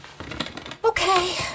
Okay